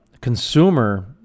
consumer